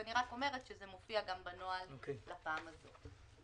אני רק אומרת שזה מופיע גם בנוהל לפעם הזאת.